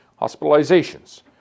Hospitalizations